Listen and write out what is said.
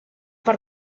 per